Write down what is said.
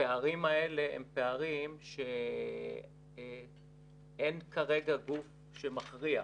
והפערים האלה הם פערים שאין כרגע גוף שמכריע,